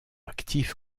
actif